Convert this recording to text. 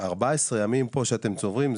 14 ימים פה שאתם צוברים,